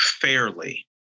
fairly